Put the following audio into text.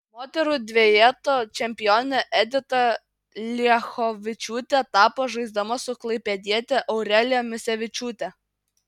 moterų dvejeto čempione edita liachovičiūtė tapo žaisdama su klaipėdiete aurelija misevičiūte